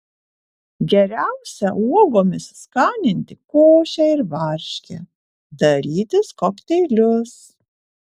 geriausia uogomis skaninti košę ir varškę darytis kokteilius